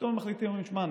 שפתאום מחליטים: שמע,